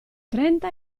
trenta